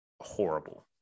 horrible